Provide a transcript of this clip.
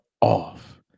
off